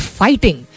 fighting